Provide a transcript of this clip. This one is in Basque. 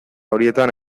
horietan